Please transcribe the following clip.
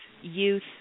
youth